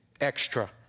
extra